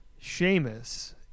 Sheamus